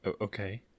Okay